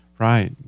Right